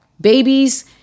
babies